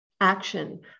action